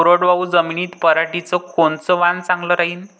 कोरडवाहू जमीनीत पऱ्हाटीचं कोनतं वान चांगलं रायीन?